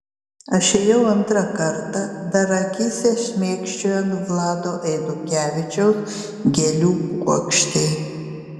aš ėjau antrą kartą dar akyse šmėkščiojant vlado eidukevičiaus gėlių puokštei